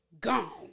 Gone